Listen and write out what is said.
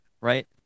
right